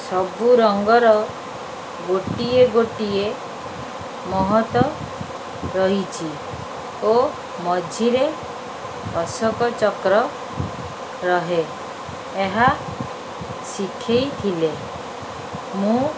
ସବୁ ରଙ୍ଗର ଗୋଟିଏ ଗୋଟିଏ ମହତ୍ଵ ରହିଛିି ଓ ମଝିରେ ଅଶୋକ ଚକ୍ର ରୁହେ ଏହା ଶିଖାଇଥିଲେ ମୁଁ